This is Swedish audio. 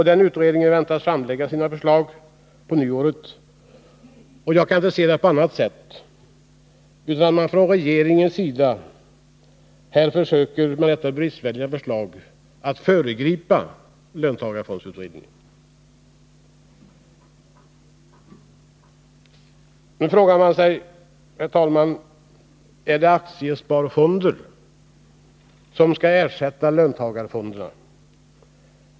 Den utredningen väntas framlägga sina förslag på nyåret. Jag kan inte se saken på annat sätt än att man från regeringens sida med detta bristfälliga förslag försöker föregripa löntagarfondsutredningen. Herr talman! Här måste man fråga sig: Är det aktiesparfonder som skall ersätta löntagarfonderna?